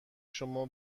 شما